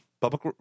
Public